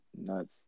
nuts